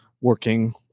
working